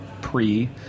pre